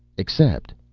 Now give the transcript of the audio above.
except.